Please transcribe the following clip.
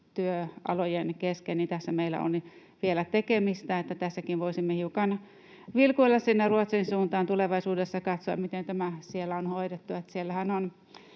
työalojen kesken meillä on vielä tekemistä, niin että tässäkin voisimme hiukan vilkuilla sinne Ruotsin suuntaan, tulevaisuudessa katsoa, miten tämä siellä on hoidettu. Siellähän,